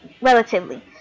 relatively